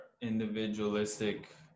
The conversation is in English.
individualistic